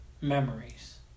memories